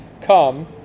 come